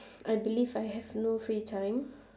I believe I have no free time